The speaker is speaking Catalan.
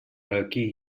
aquí